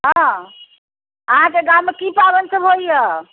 हँ अहाँकेँ गाममे की पाबनि सभ होइए